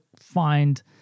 find